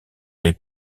les